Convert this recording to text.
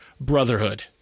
brotherhood